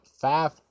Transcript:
five